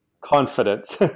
confidence